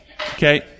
Okay